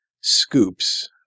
scoops